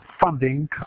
funding